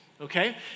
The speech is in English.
okay